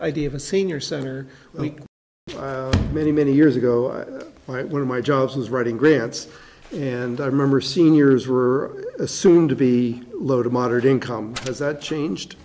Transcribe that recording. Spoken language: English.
idea of a senior center week many many years ago when one of my jobs was writing grants and i remember seniors were assumed to be low to moderate income as that changed